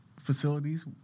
facilities